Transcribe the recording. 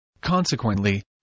Consequently